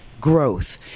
growth